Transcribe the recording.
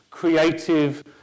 creative